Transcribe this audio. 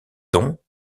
don